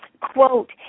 quote